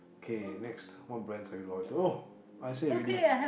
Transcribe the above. K next what brands are you loyal oh I said already